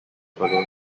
follows